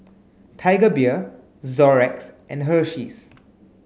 Tiger Beer Xorex and Hersheys